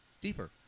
deeper